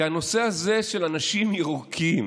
כי הנושא הזה של אנשים ירוקים